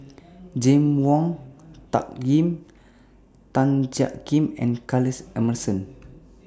James Wong Tuck Yim Tan Jiak Kim and Charles Emmerson